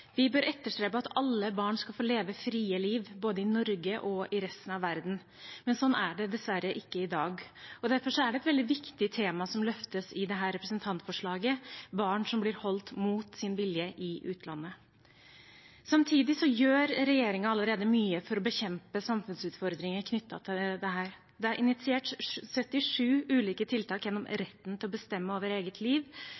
Vi bør etterstrebe at alle barn skal få leve frie liv både i Norge og i resten av verden. Men sånn er det dessverre ikke i dag. Derfor er det et veldig viktig tema som løftes i dette representantforslaget: barn som blir holdt mot sin vilje i utlandet. Samtidig gjør regjeringen allerede mye for å bekjempe samfunnsutfordringer knyttet til dette. Det er initiert 37 ulike tiltak gjennom